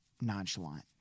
nonchalant